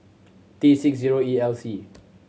T six zero E L C